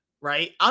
right